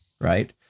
Right